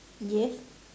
yes